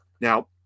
Now